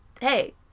Hey